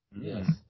Yes